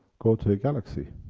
call it a galaxy.